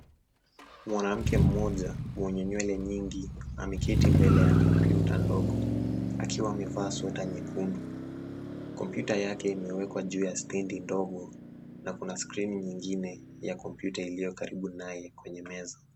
Mwanamke mmoja mwenye nywele nyingi, ameketi mbele ya kompyuta ndogo, akiwa amevaa sweta nyekudu, kompyuta yake imewekwa juu ya stendi ndogo, na kuna screen nyingine ya kompyuta iliyo karibu naye kwenye meza.